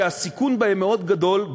שהסיכון בהם מאוד גדול,